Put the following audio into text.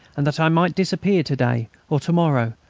and that i might disappear to-day or to-morrow,